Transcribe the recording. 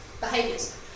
behaviors